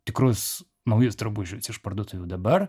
tikrus naujus drabužius iš parduotuvių dabar